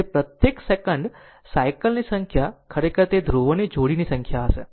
તેથી પ્રત્યેક second cycle ની સંખ્યા ખરેખર તે ધ્રુવોની જોડીની સંખ્યા હશે